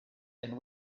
and